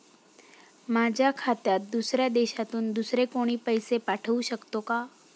माझ्या खात्यात दुसऱ्या देशातून दुसरे कोणी पैसे पाठवू शकतो का?